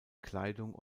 kleidung